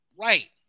Right